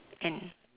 and